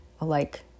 alike